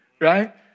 right